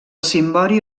cimbori